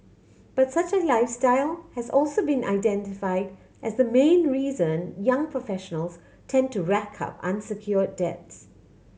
but such a lifestyle has also been identified as the main reason young professionals tend to rack up unsecured debts